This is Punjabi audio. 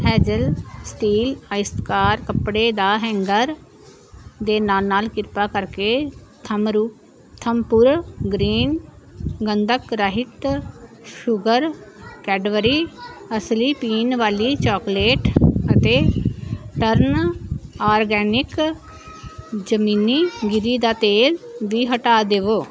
ਹੇਜ਼ਲ ਸਟੀਲ ਆਇਤਕਾਰ ਕੱਪੜੇ ਦਾ ਹੈਂਗਰ ਦੇ ਨਾਲ ਨਾਲ ਕ੍ਰਿਪਾ ਕਰਕੇ ਥਾਮਰੁ ਧਾਮਪੁਰ ਗ੍ਰੀਨ ਗੰਧਕ ਰਹਿਤ ਸ਼ੂਗਰ ਕੈਡਬਰੀ ਅਸਲੀ ਪੀਣ ਵਾਲੀ ਚਾਕਲੇਟ ਅਤੇ ਟਰਨ ਆਰਗੈਨਿਕ ਜ਼ਮੀਨੀ ਗਿਰੀ ਦਾ ਤੇਲ ਵੀ ਹਟਾ ਦੇਵੋ